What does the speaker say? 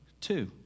two